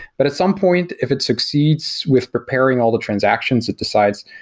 but at some point, if it succeeds with preparing all the transactions, it decides,